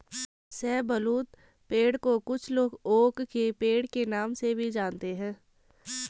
शाहबलूत पेड़ को कुछ लोग ओक के पेड़ के नाम से भी जानते है